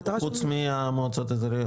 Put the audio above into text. חוץ מהמועצות האזוריות,